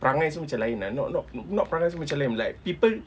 perangai semua macam lain lah not not not perangai semua macam lain like people